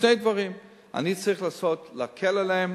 שני דברים: אני צריך לנסות להקל עליהם,